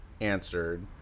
answered